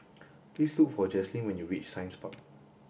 please look for Jaslene when you reach Science Park